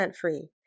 free